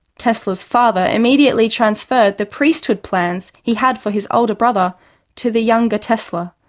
tesla's father immediately transferred the priesthood plans he had for his older brother to the younger tesla.